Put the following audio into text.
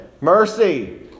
Mercy